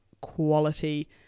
quality